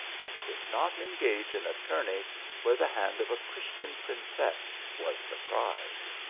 and could not engage in a tourney where the hand of a christian princess was the prize.